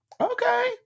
Okay